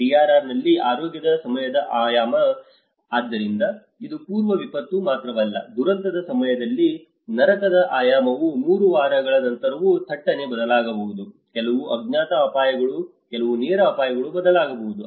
DRR ನಲ್ಲಿ ಆರೋಗ್ಯದ ಸಮಯದ ಆಯಾಮ ಆದ್ದರಿಂದ ಇದು ಪೂರ್ವ ವಿಪತ್ತು ಮಾತ್ರವಲ್ಲ ದುರಂತದ ಸಮಯದಲ್ಲಿ ನರಕದ ಆಯಾಮವು 3 ವಾರಗಳ ನಂತರವೂ ಥಟ್ಟನೆ ಬದಲಾಗಬಹುದು ಕೆಲವು ಅಜ್ಞಾತ ಅಪಾಯಗಳು ಕೆಲವು ನೇರ ಅಪಾಯಗಳು ಬದಲಾಗಬಹುದು